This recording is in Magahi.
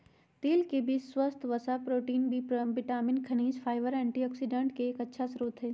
तिल के बीज स्वस्थ वसा, प्रोटीन, बी विटामिन, खनिज, फाइबर, एंटीऑक्सिडेंट के एक अच्छा स्रोत हई